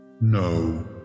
No